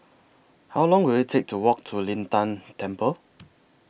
How Long Will IT Take to Walk to Lin Tan Temple